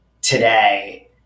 today